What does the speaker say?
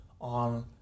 on